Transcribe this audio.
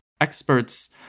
experts